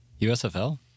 USFL